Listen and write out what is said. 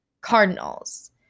Cardinals